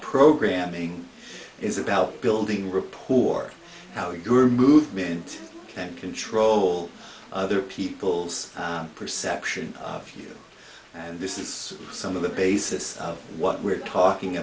programming is about building report how you were movement and control other people's perception of you and this is some of the basis of what we're talking